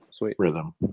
rhythm